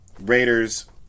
Raiders